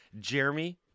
Jeremy